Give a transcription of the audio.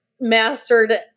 mastered